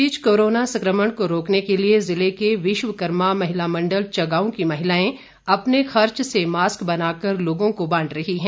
इस बीच कोरोना संक्रमण को रोकने के लिए जिले के विश्वकर्मा महिला मंडल चगाव की महिलाएं अपने खर्च से मास्क बनाकर लोगों को बांट रही हैं